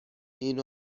اینو